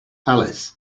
alice